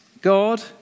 God